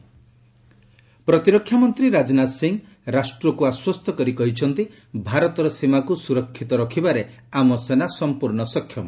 Rajnath defence ପ୍ରତିରକ୍ଷାମନ୍ତ୍ରୀ ରାଜନାଥ ସିଂହ ରାଷ୍ଟ୍ରକୁ ଆଶ୍ୱସ୍ତ କରି କହିଛନ୍ତି ଭାରତର ସୀମାକୁ ସୁରକ୍ଷିତ ରଖିବାରେ ଆମ ସେନା ସମ୍ପର୍ଣ୍ଣ ସକ୍ଷମ